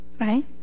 Right